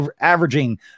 averaging